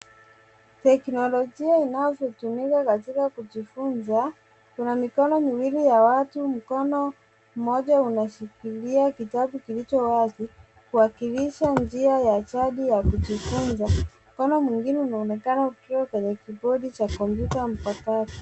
Teknolojia inayotumiwa katika kujifunza. Kuna mikono miwili ya watu. Mkono mmoja unashikilia kitabu kilicho wazi kuwakilisha njia ya ajabu ya kujifunza. Mkono mwingine unaonekana ukiwa kwenye kibodi cha kompyuta mpakato.